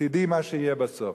תדעי מה שיהיה בסוף.